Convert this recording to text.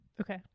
Okay